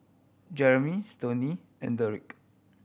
Jeremy Stoney and Dedric